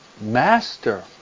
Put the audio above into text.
master